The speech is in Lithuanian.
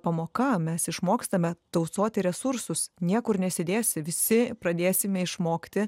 pamoka mes išmokstame tausoti resursus niekur nesidėsi visi pradėsime išmokti